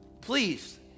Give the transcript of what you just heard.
please